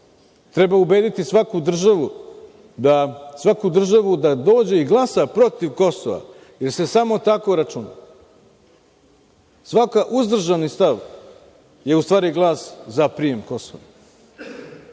treba ubediti svaku državu da dođe i glasa protiv Kosova, jer se samo tako računa. Svaki uzdržani stav je u stvari glas za prijem Kosova. Mnogi